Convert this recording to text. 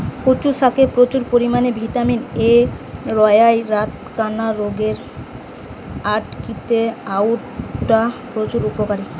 কচু শাকে প্রচুর পরিমাণে ভিটামিন এ রয়ায় রাতকানা রোগ আটকিতে অউটা প্রচুর উপকারী